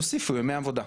אז תוסיפו ימי עבודה.